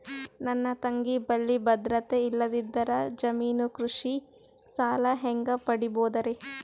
ನನ್ನ ತಂಗಿ ಬಲ್ಲಿ ಭದ್ರತೆ ಇಲ್ಲದಿದ್ದರ, ಜಾಮೀನು ಕೃಷಿ ಸಾಲ ಹೆಂಗ ಪಡಿಬೋದರಿ?